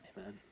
Amen